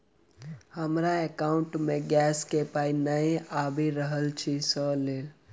हमरा एकाउंट मे गैस केँ पाई नै आबि रहल छी सँ लेल?